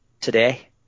today